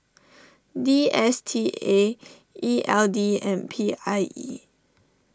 D S T A E L D and P I E